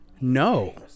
No